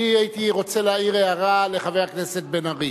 אני הייתי רוצה להעיר הערה לחבר הכנסת בן-ארי.